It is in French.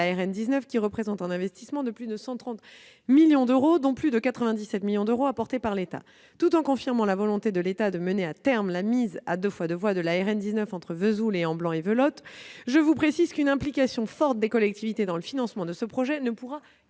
qui représente un investissement de plus de 130 millions d'euros, dont plus de 97 millions d'euros apportés par l'État. Tout en confirmant la volonté de l'État de mener à terme la mise à deux fois deux voies de la RN 19 entre Vesoul et Amblans-et-Velotte, je vous précise qu'une implication forte des collectivités dans le financement de ce projet ne pourra qu'accélérer